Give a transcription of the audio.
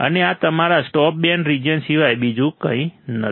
અને આ તમારા સ્ટોપ બેન્ડ રીજીયન સિવાય બીજું કંઈ નથી